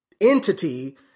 entity